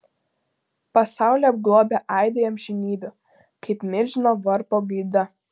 pasaulį apglobę aidai amžinybių kaip milžino varpo gaida